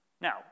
Now